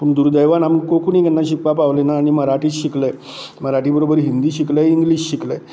पूण दुर्दैवान आमी कोंकणी केन्ना शिकपाक पावले ना आनी मराठीच शिकले मराठी बरोबर हिंदी शिकले इंग्लीश शिकले